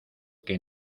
que